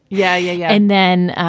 yeah, yeah, yeah. and then,